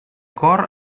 cor